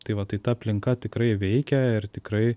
tai va tai ta aplinka tikrai veikia ir tikrai